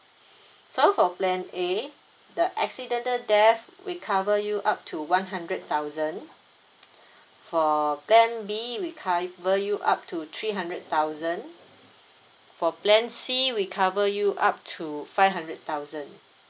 so for plan A the accidental death we cover you up to one hundred thousand for plan B we cover you up to three hundred thousand for plan C we cover you up to five hundred thousand